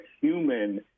human